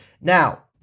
Now